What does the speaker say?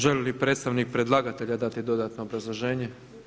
Želi li predstavnik predlagatelja dati dodatno obrazloženje?